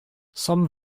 some